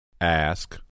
Ask